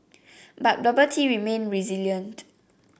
but bubble tea remained resilient